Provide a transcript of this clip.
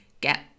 get